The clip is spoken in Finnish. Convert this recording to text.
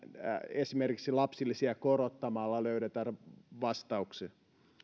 esimerkiksi lapsilisiä korottamalla löydetä vastauksia